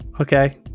Okay